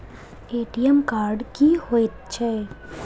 ATM card की हएत छै?